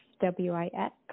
W-I-X